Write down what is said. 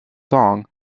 song